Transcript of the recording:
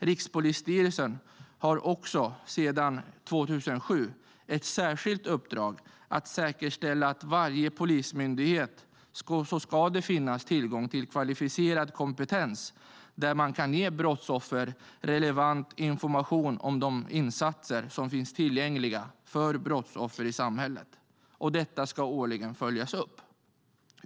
Rikspolisstyrelsen har sedan 2007 ett särskilt uppdrag att säkerställa att det hos varje polismyndighet ska finnas tillgång till kvalificerad kompetens där man kan ge brottsoffer relevant information om de insatser som finns tillgängliga för brottsoffer i samhället. Detta ska årligen följas upp.